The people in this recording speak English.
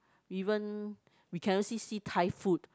even we can all see see Thai food